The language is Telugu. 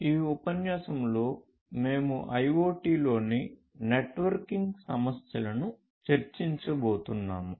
ఈ ఉపన్యాసంలో మేము IoT లోని నెట్వర్కింగ్ సమస్యలను చర్చించబోతున్నాము